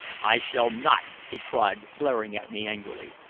i shall not, he cried, glaring at me angrily.